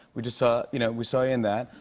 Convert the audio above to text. we just saw you know, we saw you in that.